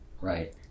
Right